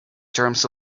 terms